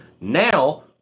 now